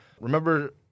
Remember